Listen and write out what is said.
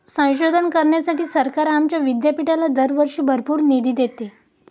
संशोधन करण्यासाठी सरकार आमच्या विद्यापीठाला दरवर्षी भरपूर निधी देते